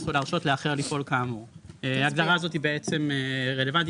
או להרשות לאחר לפעול כאמור; ההגדרה הזאת בעצם רלוונטית,